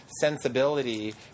sensibility